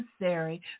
necessary